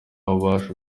bubasha